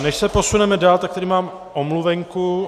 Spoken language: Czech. Než se posuneme dál, tak tady mám omluvenku.